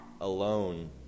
alone